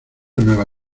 nueva